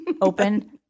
open